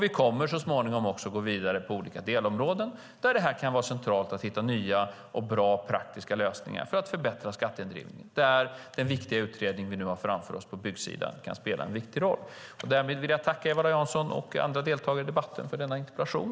Vi kommer så småningom också att gå vidare på olika delområden där det kan vara centralt att hitta nya, bra och praktiska lösningar för att förbättra skatteindrivningen, där den viktiga utredning som vi nu har framför oss på byggsidan kan spela en viktig roll. Därmed vill jag tacka Eva-Lena Jansson och andra deltagare i debatten för denna interpellation.